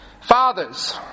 Fathers